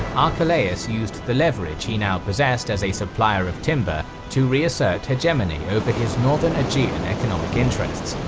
archelaus used the leverage he now possessed as a supplier of timber to reassert hegemony over his northern aegean economic interests,